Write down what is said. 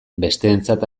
besteentzat